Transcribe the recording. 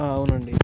అవునండి